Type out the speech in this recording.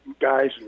guys